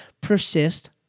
persist